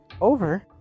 over